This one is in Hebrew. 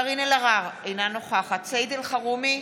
קארין אלהרר, אינה נוכחת סעיד אלחרומי,